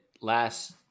last